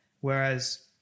Whereas